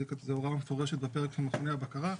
זו הוראה מפורשת בפרק של מכוני הבקרה,